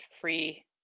free